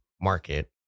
market